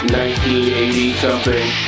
1980-something